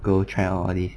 go try out all these